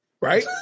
Right